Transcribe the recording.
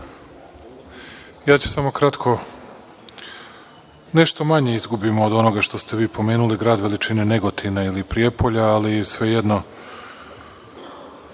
Vučić** Kratko ću, nešto manje izgubimo od onoga što ste vi pomenuli, grad veličine Negotina ili Prijepolja, ali svejedno